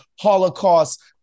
Holocaust